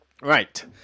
right